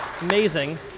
Amazing